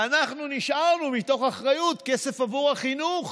ואנחנו נשארנו מתוך אחריות, כסף עבור החינוך,